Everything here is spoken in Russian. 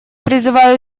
призываю